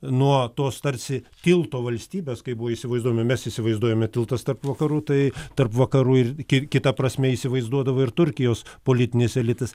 nuo tos tarsi tilto valstybės kaip buvo įsivaizduojama mes įsivaizduojame tiltas tarp vakarų tai tarp vakarų ir ki kita prasme įsivaizduodavai ir turkijos politinis elitas